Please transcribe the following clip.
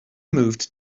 moved